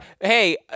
hey